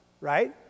right